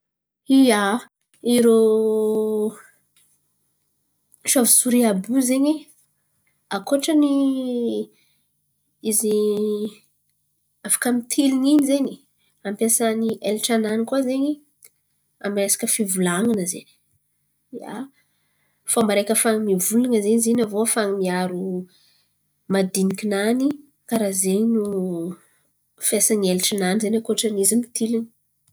Ia, irô sôvesory àby io zen̈y ankoatrany izy afaka mitilin̈y in̈y zen̈y ampiasany elatra-nany koa zen̈y amy resaka fivolan̈ana ze. Ia, fomba araiky ahafany mivolan̈a zen̈y zin̈y aviô ahafany miaro madiniki-nany karà zen̈y ze fomba fampiasany eletra nany ankoatrany izy mitilin̈y.